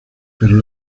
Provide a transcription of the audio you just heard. pero